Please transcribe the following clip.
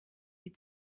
die